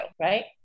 right